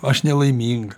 aš nelaiminga